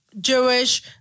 Jewish